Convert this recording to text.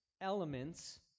elements